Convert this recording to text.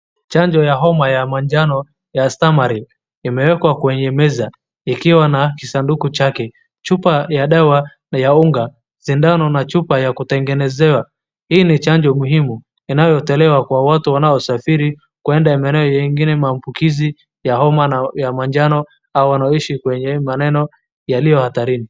Chanjo ya homa ya majano ya STALMARIL imeekwa kwenye meza ikiwa na kisaduku chake. Chupa ya dawa ni ya unga, sindano na unga ya kutengenezewa hii ni chanjo muhimu inayotolewa kwa watu wanao safiri kwenda emeleo .Hiyo ingine ni mambukizi ya homa na ya majano au walio ishi maneno yaliohatarini.